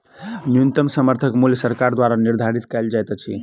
न्यूनतम समर्थन मूल्य सरकार द्वारा निधारित कयल जाइत अछि